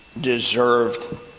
deserved